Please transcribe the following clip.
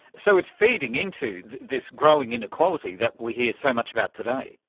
so it's feeding into this growing inequality that we hear so much about today.